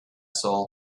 soul